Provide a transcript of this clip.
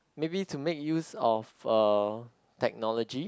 maybe to make use of uh technology